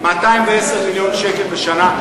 210 מיליון שקל בשנה,